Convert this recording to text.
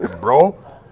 bro